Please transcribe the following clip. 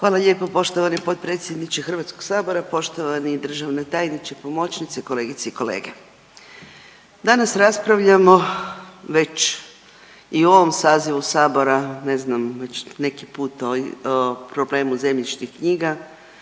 Hvala lijepo poštovani potpredsjedniče HS-a, poštovani državni tajniče, pomoćnici, kolegice i kolege. Danas raspravljamo već i u ovom sazivu Saboru, ne znam već neki put o problemu zemljišnih knjiga,